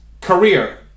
Career